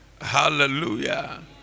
Hallelujah